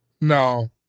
No